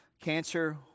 Cancer